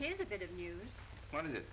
he's a bit of news one of the